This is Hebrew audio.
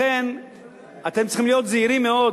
לכן אתם צריכים להיות זהירים מאוד,